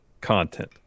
content